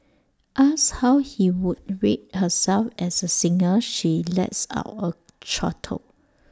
asked how he would rate herself as A singer she lets out A chortle